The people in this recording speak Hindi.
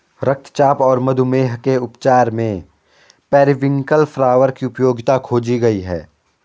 रक्तचाप और मधुमेह के उपचार में पेरीविंकल फ्लावर की उपयोगिता खोजी गई है